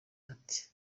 ati